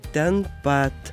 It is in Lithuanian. ten pat